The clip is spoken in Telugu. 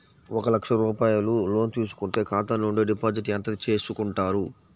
ఒక లక్ష రూపాయలు లోన్ తీసుకుంటే ఖాతా నుండి డిపాజిట్ ఎంత చేసుకుంటారు?